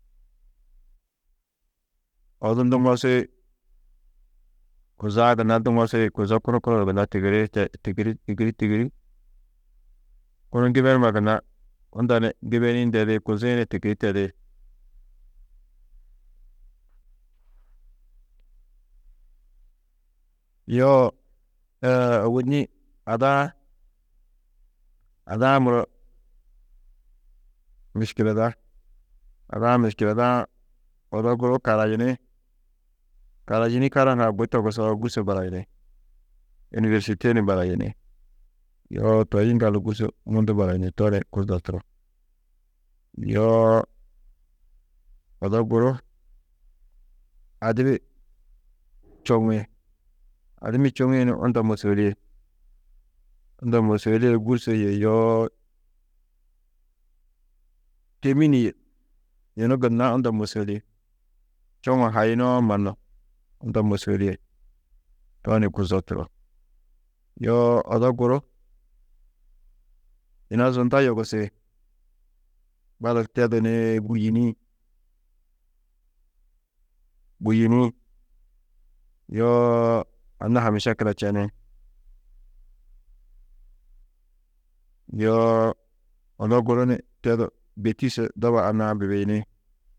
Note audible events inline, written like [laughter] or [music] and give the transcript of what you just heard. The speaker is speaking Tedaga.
Odu nduŋosi, kuzo a gunna nduŋosi, kuzo kunu, kunu du gunna tigiri, te, tigirî, tigirî, tigirî kunu gibanuma gunna unda ni gibenîĩ ndedi, kuzi-ĩ ni tigirî tedi. Yo [hesitation] ôwonni ada-ã, ada-ã muro miškileda, ada-ã miškileda-ã, odu guru karayini, karayinî kara hunã bui togusoo gûrso barayini, ûniversite ni barayini, yoo toi yiŋgaldu gûrso mundu barayini, to ni kuzo turo, yoo odo guru adibi čoŋi, adimmi čoŋi ni unda môsoulie, unda môsoulie du gûrso yê yoo, têmini yê yunu gunna unda môsoulie. Čoŋu hayunoo mannu ̧unda môsoulie, to ni kuzo turo. Yoo odo guru yina zunda yogusi, balak tedu ni gûyini, gûyini, yoo anna-ã ha mešekila čeni, yoo odo guru ni tedu bêtise doba annaa-ã bibiyini.